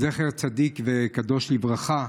זכר צדיק וקדוש לברכה.